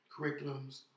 curriculums